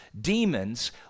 demons